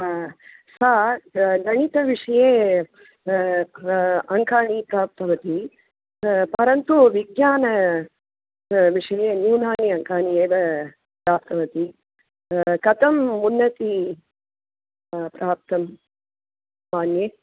सा गणितविषये अङ्काः प्राप्तवती परन्तु विज्ञान विषये न्यूनाः अङ्काः एव प्राप्तवती कथम् उन्नतिः प्राप्तं मान्ये